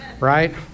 Right